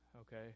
Okay